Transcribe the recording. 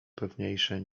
pewniejsze